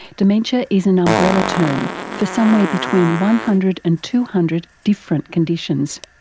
dementia is an umbrella term for somewhere between one hundred and two hundred different conditions.